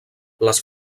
les